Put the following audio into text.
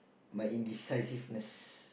my indecisiveness